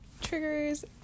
triggers